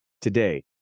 today